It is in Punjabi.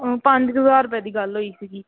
ਪੰਜ ਕੁ ਹਜ਼ਾਰ ਰੁਪਏ ਦੀ ਗੱਲ ਹੋਈ ਸੀਗੀ